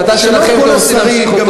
החלטה שלכם אם אתם רוצים להמשיך אותו,